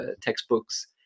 textbooks